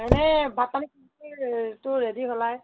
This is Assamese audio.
এনেই ভাত পানী টো ৰেডি হ'লাই